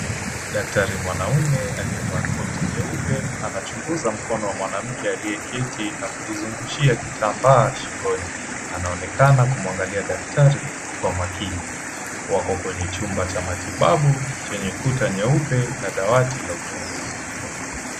Daktari mwanaume aliyevaa koti nyeupe anachunguza mkono wa mwanamke aliyeketi na kujizungushia kitambaa shingoni. Anaonekana kumwangalia daktari kwa makini. Wako kwenye chumba cha matibabu chenye kuta nyeupe na dawati la uchunguzi.